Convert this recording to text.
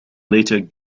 later